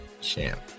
champ